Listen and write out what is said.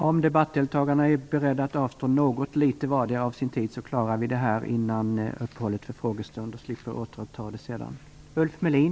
Om debattdeltagarna är beredda att avstå något litet vardera av sin taletid klarar vi den här debatten före uppehållet för frågestunden och slipper därmed återuppta debatten.